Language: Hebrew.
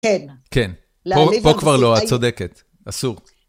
כן, כן, פה כבר לא, את צודקת, אסור.